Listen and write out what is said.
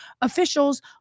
officials